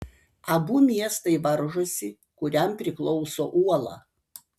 abu miestai varžosi kuriam priklauso uola